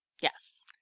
Yes